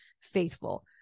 faithful